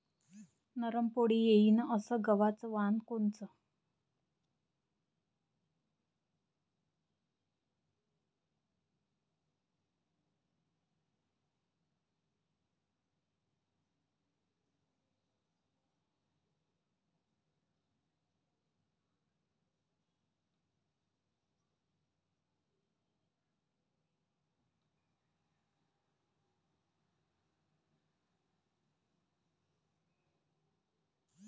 नरम पोळी येईन अस गवाचं वान कोनचं?